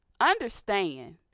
understand